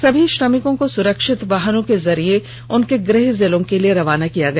सभी श्रमिकों को सुरक्षित वाहनों के जरिये उनके गृह जिलों के लिए रवाना किया गया